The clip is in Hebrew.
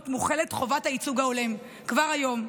מוחלת חובת הייצוג ההולם כבר היום.